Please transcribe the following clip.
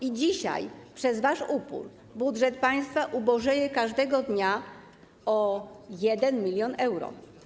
I dzisiaj przez wasz upór budżet państwa ubożeje każdego dnia o 1 mln euro.